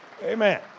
Amen